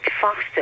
faster